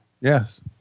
Yes